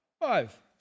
Five